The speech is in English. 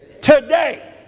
Today